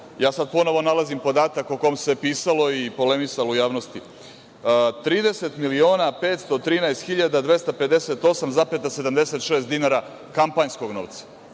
sada ponovo nalazim podatak o kom se pisalo i polemisalo u javnosti, 30.513.258,76 dinara kampanjskog novca